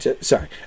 Sorry